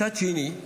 מצד שני,